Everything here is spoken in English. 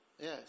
Yes